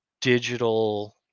digital